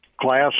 class